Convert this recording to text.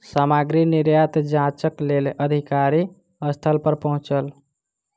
सामग्री निर्यात जांचक लेल अधिकारी स्थल पर पहुँचल